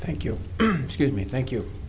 thank you scuse me thank you